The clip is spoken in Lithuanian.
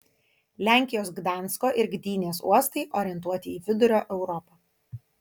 lenkijos gdansko ir gdynės uostai orientuoti į vidurio europą